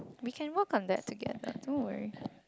we can work on that together don't worry